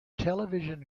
television